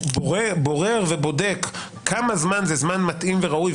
בורר ובודק כמה זמן זה זמן מתאים וראוי,